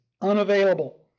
unavailable